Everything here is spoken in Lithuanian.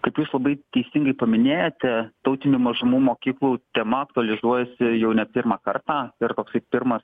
kaip jūs labai teisingai paminėjote tautinių mažumų mokyklų tema aktualizuojasi jau ne pirmą kartą ir toks pirmas